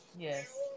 yes